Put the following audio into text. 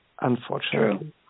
Unfortunately